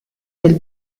del